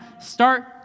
start